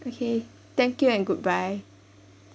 okay thank you and goodbye